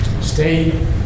Stay